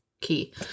key